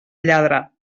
lladra